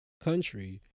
country